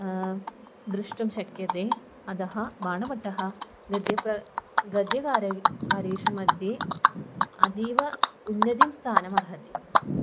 द्रष्टुं शक्यते अतः भाणभट्टः गद्यं गद्यकारे कार्येषु मध्ये अतीव उन्नतिं स्थानमर्हति